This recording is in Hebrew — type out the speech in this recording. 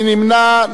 מי נמנע?